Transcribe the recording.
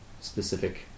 specific